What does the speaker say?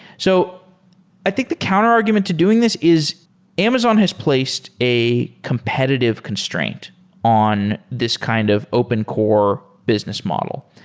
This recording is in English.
so i think the counterargument to doing this is amazon has placed a competitive constraint on this kind of open core business model.